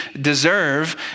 deserve